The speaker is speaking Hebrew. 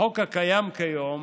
בחוק הקיים כיום